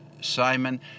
Simon